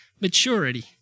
maturity